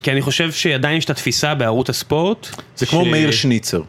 כי אני חושב שעדיין יש את התפיסה בערוץ הספורט. זה כמו מאיר שניצר.